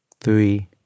three